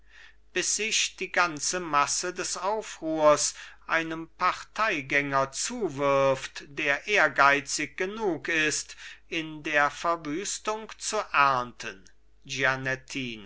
bis sich die ganze masse des aufruhrs einem parteigänger zuwirft der ehrgeizig genug ist in der verwüstung zu ernten